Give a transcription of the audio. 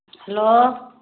hello